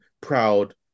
proud